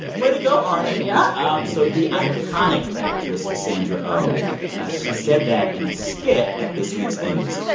way to go, arnie yeah um so the iconic actress sandra oh ah she said that in a skit at this week's emmys.